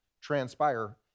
transpire